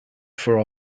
for